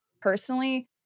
personally